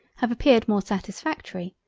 have appeared more satisfactory,